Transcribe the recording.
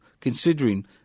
considering